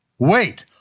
wait!